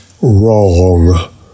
wrong